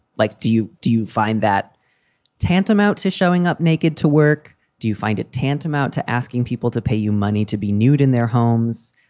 like, do you do you find that tantamount to showing up naked to work? do you find it tantamount to asking people to pay you money to be nude in their homes?